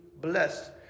blessed